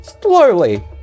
slowly